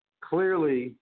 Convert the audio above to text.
Clearly